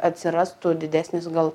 atsirastų didesnis gal